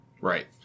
Right